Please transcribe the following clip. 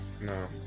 No